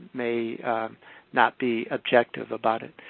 may not be objective about it.